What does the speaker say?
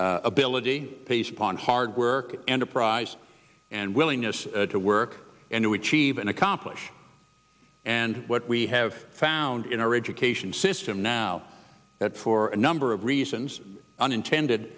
ability based upon hard work enterprise and willingness to work and to achieve and accomplish and what we have found in our education system now that for a number of reasons unintended